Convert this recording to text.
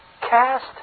cast